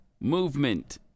movement